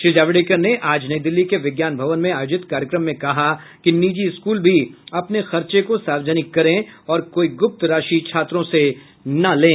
श्री जावडेकर ने आज नई दिल्ली के विज्ञान भवन में आयोजित कार्य्रक्रम में कहा कि निजी स्कूल भी अपने खर्चे को सार्वजानिक करें और कोई गुप्त राशि छात्रों से न लें